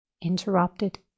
interrupted